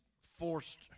forced